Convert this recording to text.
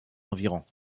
environs